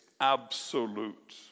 absolute